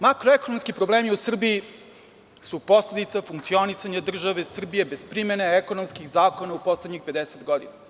Makroekonomski problemi u Srbiji su posledica funkcionisanja države Srbije bez primene ekonomskih zakona u poslednjih 50 godina.